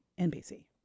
NBC